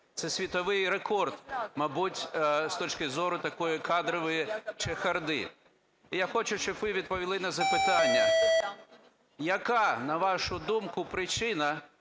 це світовий рекорд, мабуть, з точки зору такої кадрової чехарди, - я хочу, щоб ви відповіли на запитання, яка, на вашу думку, причина,